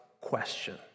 question